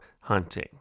hunting